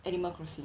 animal crossing